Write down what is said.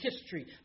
history